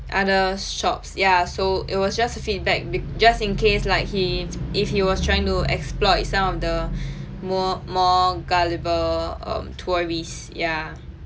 other shops ya so it was just a feedback be~ just in case like he if he was trying to exploit some of the more more gullible um tourists ya